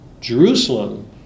Jerusalem